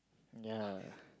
yea